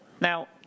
Now